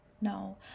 no